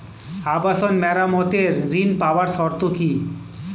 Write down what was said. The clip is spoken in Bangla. আবাসন মেরামতের ঋণ পাওয়ার শর্ত কি?